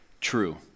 true